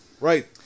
Right